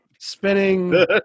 spinning